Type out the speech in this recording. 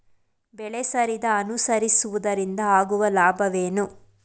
ಬೆಳೆಸರದಿ ಅನುಸರಿಸುವುದರಿಂದ ಆಗುವ ಲಾಭವೇನು?